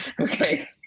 okay